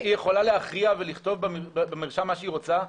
בגלל שעבר פרק זמן ארוך היא יכולה להכריע ולכתוב במרשם מה שהיא רוצה?